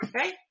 Okay